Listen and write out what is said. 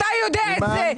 אתה יודע את זה.